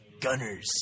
gunners